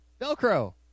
Velcro